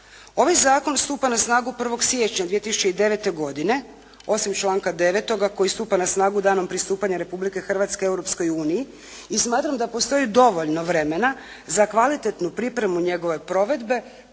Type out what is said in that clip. Ovaj zakon stupa na snagu 1. siječnja 2009. godine, osim članka 9. koji stupa na snagu danom pristupanja Republike Hrvatske Europskoj uniji i smatram da postoji dovoljno vremena za kvalitetnu pripremu njegove provedbe